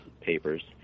papers